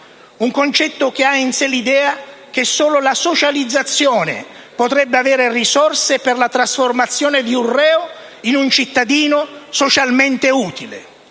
Un concetto che ha in sé l'idea che solo la socializzazione potrebbe avere risorse per la trasformazione del reo in un cittadino socialmente utile.